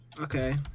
okay